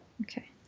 Okay